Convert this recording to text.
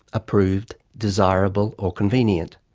approved, desirable or convenient.